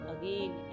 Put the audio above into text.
again